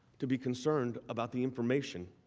to be concerned about the information